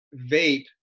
vape